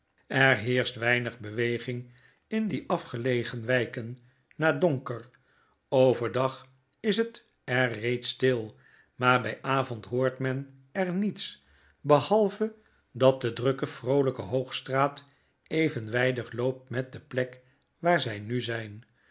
er heerscht weinig beweging in die afgelegen wijken na donker overdag is het er reeds stil maar by avond hoort men er niets behalve dat de drukke vroolyke hoogstraat evenwydig loopt met de plek waar zij nu zyn